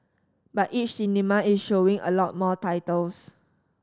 but each cinema is showing a lot more titles